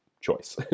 choice